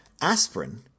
aspirin